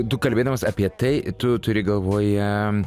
du kalbėdamas apie tai tu turi galvoje